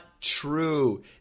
true